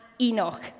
Enoch